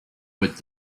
with